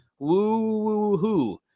Woohoo